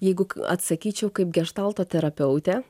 jeigu atsakyčiau kaip geštalto terapeutė